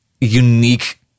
unique